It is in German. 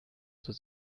zur